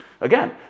Again